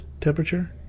temperature